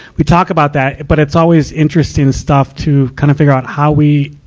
we talk about that, but it's always interesting stuff to kind of figure out how we,